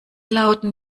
lauten